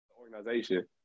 organization